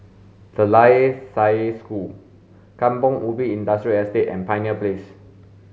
De La Salle School Kampong Ubi Industrial Estate and Pioneer Place